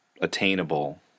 attainable